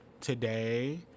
today